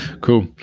cool